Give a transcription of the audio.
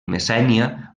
messènia